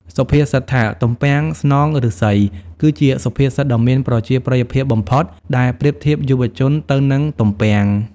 សុភាសិតថា «ទំពាំងស្នងឫស្សី» គឺជាសុភាសិតដ៏មានប្រជាប្រិយភាពបំផុត ដែលប្រៀបធៀបយុវជនទៅនឹងទំពាំង។